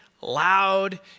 loud